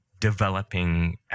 Developing